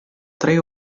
tre